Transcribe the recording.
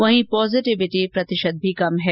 वहीं पॉजेटिविटी प्रतिशत भी कम है